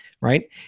Right